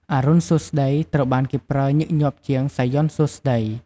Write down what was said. អរុណសួស្តី ត្រូវបានគេប្រើញឹកញាប់ជាង "សាយ័ន្តសួស្តី" ។